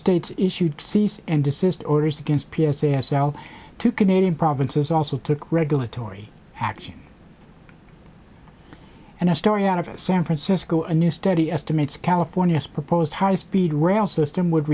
states issued cease and desist orders against p s a s l two canadian provinces also took regulatory action and a story out of san francisco a new study estimates california's proposed high speed rail system would